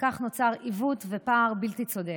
וכך נוצרו עיוות ופער בלתי צודק.